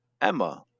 Emma